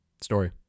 story